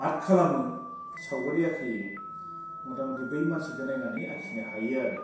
art खालामो सावगारि आखियो मुथा मुथि बै मानसिखौ नायनानै आखिनो हायो आरो